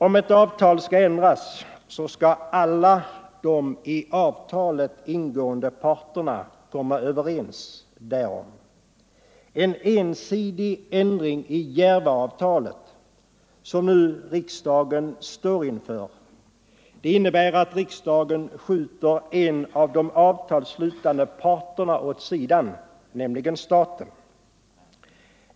Om ett avtal skall ändras måste alla de i avtalet ingående parterna komma överens därom. En ensidig ändring i Järvaavtalet — som riksdagen nu står inför — innebär att riksdagen skjuter en av de avtalsslutande parterna åt sidan, nämligen staten.